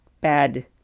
bad